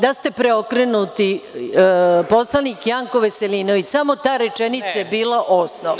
Da ste „preokrenuti, poslanik Janko Veselinović“, samo ta rečenica je bila osnov.